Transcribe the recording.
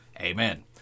Amen